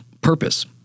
purpose